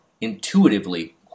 intuitively